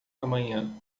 amanhã